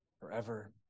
forever